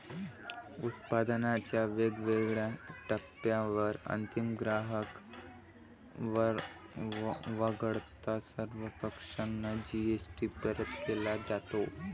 उत्पादनाच्या वेगवेगळ्या टप्प्यांवर अंतिम ग्राहक वगळता सर्व पक्षांना जी.एस.टी परत केला जातो